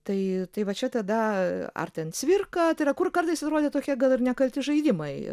tai tai va čia tada ar ten cvirka tai yra kur kartais yra jau tokie gal ir nekalti žaidimai